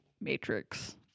Matrix